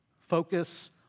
focus